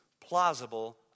plausible